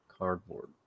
cardboard